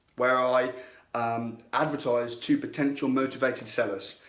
where i advertise to potential motivated sellers.